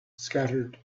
scattered